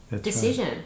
decision